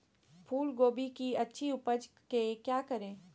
फूलगोभी की अच्छी उपज के क्या करे?